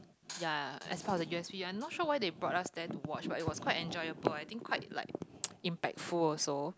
ya as part of the yes one not sure why they brought us there to watch but it was quite enjoyable I think quite like impactful also